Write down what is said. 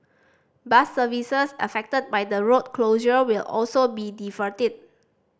bus services affected by the road closure will also be diverted